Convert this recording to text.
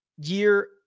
year